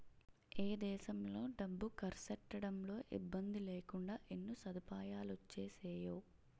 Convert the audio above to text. ఏ దేశంలో డబ్బు కర్సెట్టడంలో ఇబ్బందిలేకుండా ఎన్ని సదుపాయాలొచ్చేసేయో